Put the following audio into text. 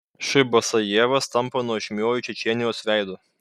š basajevas tampa nuožmiuoju čečėnijos veidu